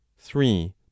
three